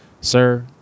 sir